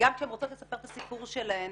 וגם כשהן רוצות לספר את הסיפור שלהן